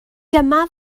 dyma